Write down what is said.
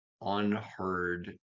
unheard